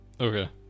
Okay